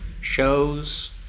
shows